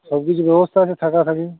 সব কিছু ব্যবস্থা আছে থাকা থাকি